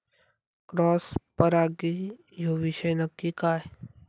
Cross परागी ह्यो विषय नक्की काय?